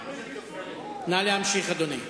נא להמשיך, אדוני.